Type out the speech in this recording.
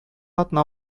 атна